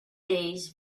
days